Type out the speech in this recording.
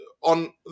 on